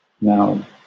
Now